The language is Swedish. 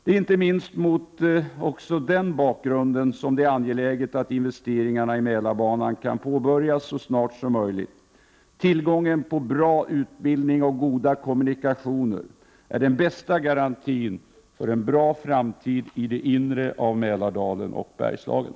Det är inte minst mot denna bakgrund angeläget att investeringarna i Mälarbanan kan påbörjas så snart som möjligt. Tillgången på bra utbildning och goda kommunikationer är den bästa garantin för en bra framtid i det inre av Mälardalen och Bergslagen.